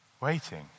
waiting